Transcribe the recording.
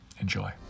Enjoy